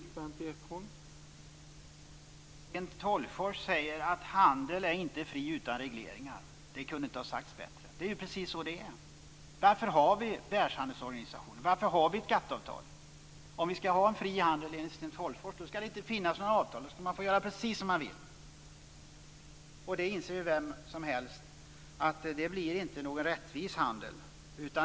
Herr talman! Sten Tolgfors säger att handeln inte är fri utan regleringar. Det kunde inte ha sagts bättre. Det är ju precis så det är. Varför har vi Världshandelsorganisationen? Varför har vi GATT? Om vi skall ha en fri handel skall det enligt Sten Tolgfors inte finnas några avtal, och man skall få göra precis som man vill. Vem som helst inser att det inte blir någon rättvis handel.